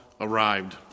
Arrived